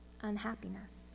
unhappiness